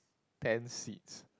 ten seeds